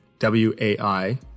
WAI